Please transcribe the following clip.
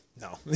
no